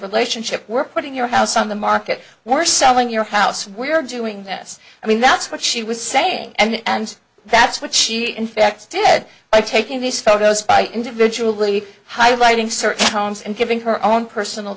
relationship we're putting your house on the market we're selling your house we're doing this i mean that's what she was saying and that's what she in fact did by taking these photos by individually highlighting certain tones and giving her own personal